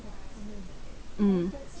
mm